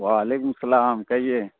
وعلیکم اسلام کہئے